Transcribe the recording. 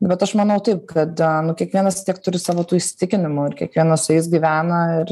bet aš manau taip kad nu kiekvienas vis tiek turi savo tų įsitikinimų ir kiekvienas su jais gyvena ir